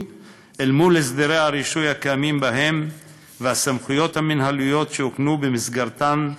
לבין הסדרי הרישוי הקיימים בהן והסמכויות המינהליות שהוקנו במסגרתן,